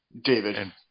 David